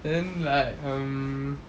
then like um